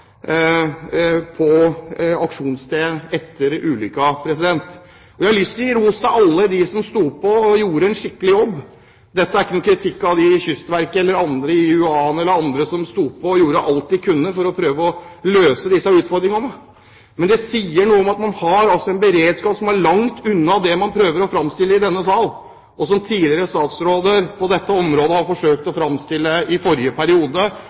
på aksjonsstedet etter ulykken. Jeg har lyst til å gi ros til alle dem som sto på og gjorde en skikkelig jobb. Dette er ikke noen kritikk av dem i Kystverket, i IUA eller andre som sto på og gjorde alt de kunne for å prøve å møte utfordringene, men det sier noe om at man har en beredskap som er langt unna slik man prøver å framstille det i denne sal, og som tidligere statsråder på dette området i forrige periode har forsøkt å